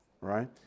right